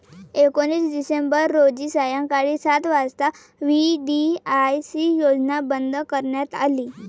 एकोणीस डिसेंबर रोजी सायंकाळी सात वाजता व्ही.डी.आय.सी योजना बंद करण्यात आली